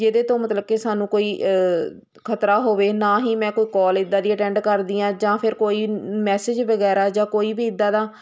ਜਿਹਦੇ ਤੋਂ ਮਤਲਬ ਕਿ ਸਾਨੂੰ ਕੋਈ ਖਤਰਾ ਹੋਵੇ ਨਾ ਹੀ ਮੈਂ ਕੋਈ ਕਾਲ ਇੱਦਾਂ ਦੀ ਅਟੈਂਡ ਕਰਦੀ ਹਾਂ ਜਾਂ ਫਿਰ ਕੋਈ ਮੈਸੇਜ ਵਗੈਰਾ ਜਾਂ ਕੋਈ ਵੀ ਇੱਦਾਂ ਦਾ